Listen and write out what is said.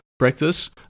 Practice